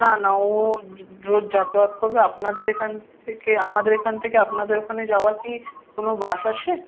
না না ও রোজ যাতায়াত করবে আপনাদের এখান থেকে আমাদের এখান থেকে আপনাদের ওখানে যাওয়া কি কোন বাস আছে